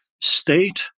state